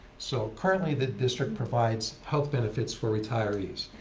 so currently the district provides health benefits for retirees.